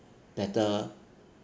better